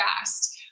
fast